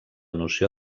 noció